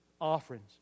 offerings